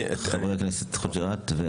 חבר הכנסת חוג'יראת.